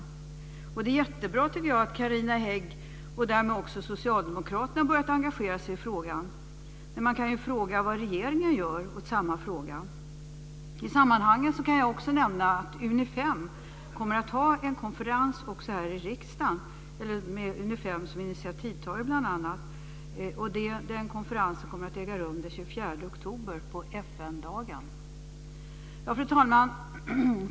Jag tycker att det är jättebra att Carina Hägg, och därmed också Socialdemokraterna, har börjat engagera sig i frågan. Men man kan ju fråga vad regeringen gör åt samma fråga. I det sammanhanget kan jag också nämna att det kommer att vara en konferens här i riksdagen med bl.a. Unifem som initiativtagare. Den konferensen kommer att äga rum den 24 oktober på Fru talman!